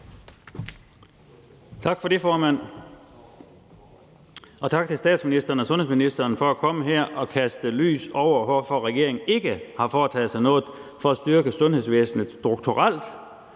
Tak for det, formand, og tak til statsministeren og sundhedsministeren for at komme her og kaste lys over, hvorfor regeringen ikke har foretaget sig noget for at styrke sundhedsvæsenet strukturelt,